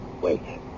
Wait